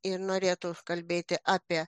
ir norėtų kalbėti apie